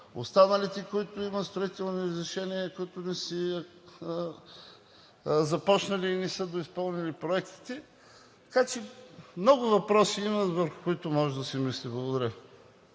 останалите, които имат строителни разрешения, които не са започнали и не са доизпълнили проектите. Така че много въпроси има, върху които може да се мисли. Благодаря.